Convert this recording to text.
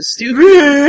Stupid